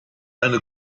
eine